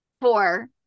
four